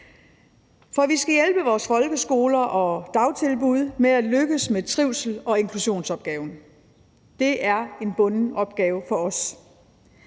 Vi skal hjælpe vores folkeskoler og dagtilbud med at lykkes med trivsel og inklusionsopgaven. Det er en bunden opgave for os.